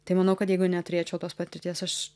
tai manau kad jeigu neturėčiau tos patirties aš